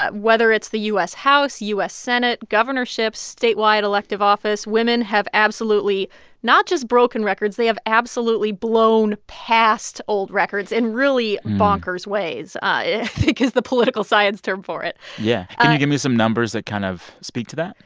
but whether it's the u s. house, u s. senate, governorships, statewide elective office, women have absolutely not just broken records they have absolutely blown past old records in really bonkers ways i think is the political science term for it yeah. can and you give me some numbers that kind of speak to that?